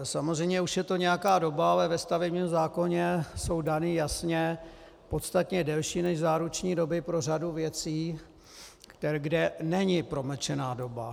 Samozřejmě už je to nějaká doba, ale ve stavebním zákoně jsou dané jasně podstatně delší než záruční doby pro řadu věcí, kde není promlčená doba.